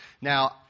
Now